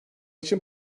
için